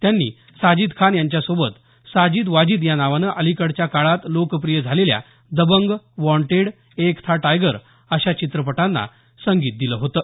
त्यांनी साजिद खान यांच्यासोबत साजिद वाजिद या नावानं अलीकडच्या काळात लोकप्रिय झालेल्या दबंग वाँटेड एक था टायगर अशा चित्रपटांना त्यांनी संगीत दिलं होतं